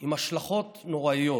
עם השלכות נוראיות.